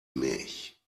mich